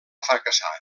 fracassar